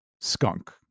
skunk